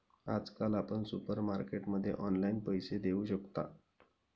आजकाल आपण सुपरमार्केटमध्ये ऑनलाईन पैसे देऊ शकता